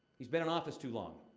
he's been in office too long.